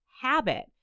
habit